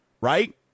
right